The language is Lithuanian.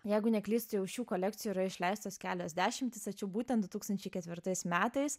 jeigu neklystu jau šių kolekcijų yra išleistas kelias dešimtys tačiau būtent du tūkstančiai ketvirtais metais